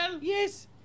Yes